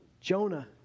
Jonah